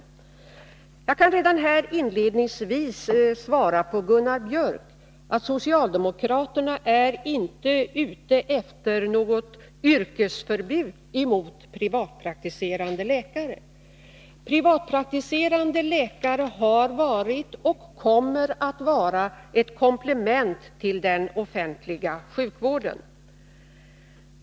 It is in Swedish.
Jag kan redan inledningsvis svara Gunnar Biörck i Värmdö att socialdemokraterna inte är ute efter något yrkesförbud emot privatpraktiserande läkare. Dessa har varit och kommer att vara ett komplement till den offentliga sjukvården.